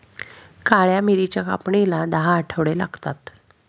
काळ्या मिरीच्या कापणीला दहा आठवडे लागतात